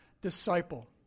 disciple